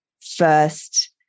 first